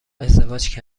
ازدواج